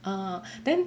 ah then